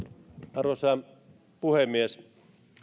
arvoisa puhemies